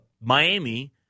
Miami